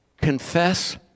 confess